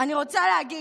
אני רוצה להגיד,